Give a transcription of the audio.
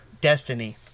Destiny